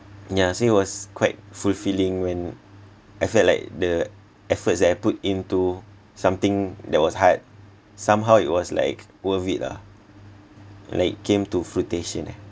yeah so it was quite fulfilling when I felt like the efforts I put into something that was hard somehow it was like worth it lah like came to fruitation ah